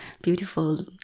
beautiful